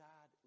God